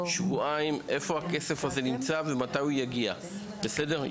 שבועיים איפה הכסף הזה נמצא ומתי הוא יגיע, בסדר?